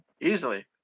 easily